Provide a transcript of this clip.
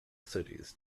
cities